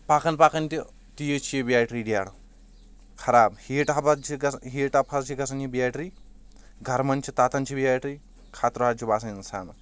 پکان پکان تہِ تیٖژ چھِ یہِ بیٹری ڈیڈ خراب ہیٹ اپ چھِ گژھان ہیٹ اپ حظ چھِ گژھان یہِ بیٹری گرمان چھِ تتان چھِ بیٹری خطرٕ حظ چھُ باسان انسانس